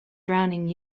drowning